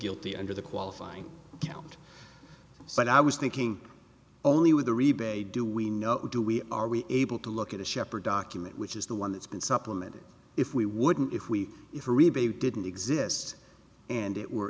guilty under the qualifying count but i was thinking only with the rebate do we know do we are we able to look at the shepherd document which is the one that's been supplemented if we wouldn't if we didn't exist and it were